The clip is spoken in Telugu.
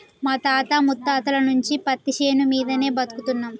మా తాత ముత్తాతల నుంచి పత్తిశేను మీదనే బతుకుతున్నం